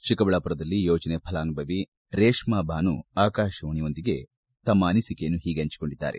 ಚಿಕ್ಕಬಳ್ಳಾಪುರದಲ್ಲಿ ಯೋಜನೆ ಫಲಾನುಭವಿ ರೇಷ್ಣಾಭಾನು ಆಕಾಶವಾಣಿಯೊಂದಿಗೆ ತಮ್ಮ ಅನಿಸಿಕೆ ಹಂಚಿಕೊಂಡಿದ್ದಾರೆ